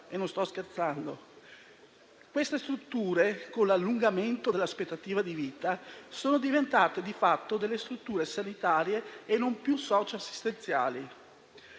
(e non sto scherzando)? Queste strutture, con l'allungamento dell'aspettativa di vita, sono diventate di fatto delle strutture sanitarie e non più socioassistenziali.